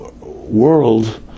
world